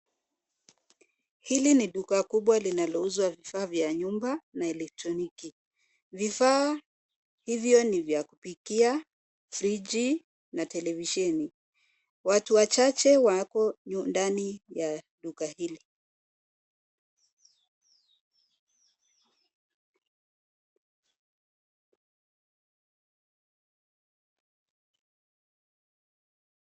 Hili ni duka kubwa linalouzwa vifaa vya nyumba na elekroniki, vifaa hivyo ni vya kupikia, friji na televisheni. Watu wachache wapo ndani ya duka hili.